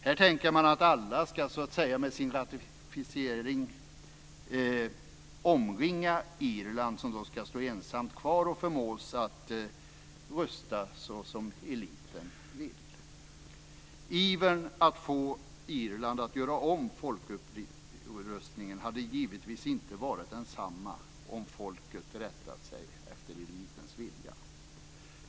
Här tänker man att alla andra med sin ratificering så att säga ska omringa Irland, som ska stå ensamt kvar och förmås att rösta som eliten vill. Ivern att få Irland att göra om folkomröstningen hade givetvis inte varit densamma om folket rättat sig efter elitens vilja.